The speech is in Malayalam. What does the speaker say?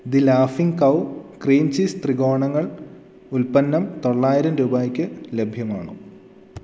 ദി ലാഫിങ് കൗ ക്രീം ചീസ് ത്രികോണങ്ങൾ ഉൽപ്പന്നം തൊള്ളായിരം രൂപയ്ക്ക് ലഭ്യമാണോ